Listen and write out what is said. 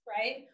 Right